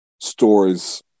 stories